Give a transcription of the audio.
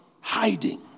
Hiding